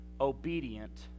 obedient